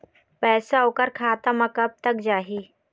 पैसा ओकर खाता म कब तक जाही?